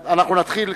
אנחנו נתחיל,